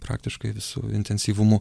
praktiškai visu intensyvumu